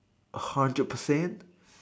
hundred percent